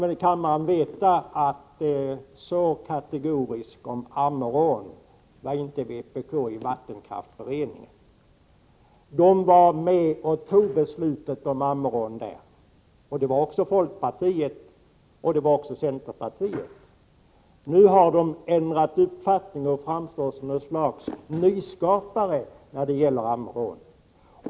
Då bör kammaren veta, att så kategoriskt beträffande Ammerån var inte vpk i vattenkraftsberedningen. Vpk var med och tog beslutet om Ammerån där — och det var också folkpartiet och centerpartiet. Nu har man ändrat uppfattning och vill framstå som något slags nyskapare då det gäller Ammerån.